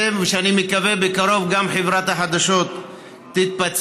ואני מקווה שבקרוב גם חברת החדשות תתפצל,